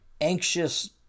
anxious